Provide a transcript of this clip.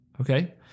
Okay